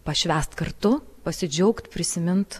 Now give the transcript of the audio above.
pašvęst kartu pasidžiaugt prisimint